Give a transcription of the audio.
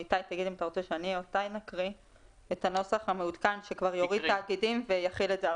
את הנוסח המותאם שיוריד את התאגידים ויחיל את זה על